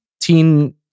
Teen